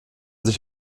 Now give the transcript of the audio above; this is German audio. sich